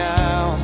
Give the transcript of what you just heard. now